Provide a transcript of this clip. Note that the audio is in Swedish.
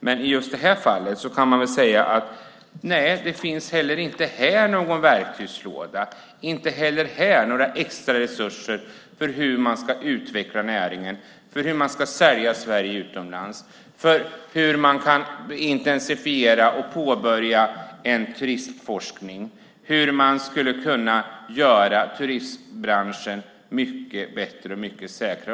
Men i just det här fallet kan jag säga att det inte heller här finns någon verktygslåda eller några extra resurser för att utveckla näringen och sälja Sverige utomlands. Det finns ingenting om hur man kan intensifiera och påbörja en turistforskning och hur man skulle kunna göra turistbranschen mycket bättre och mycket säkrare.